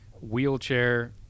wheelchair